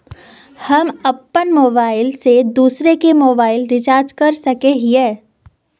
हम अपन मोबाईल से दूसरा के मोबाईल रिचार्ज कर सके हिये?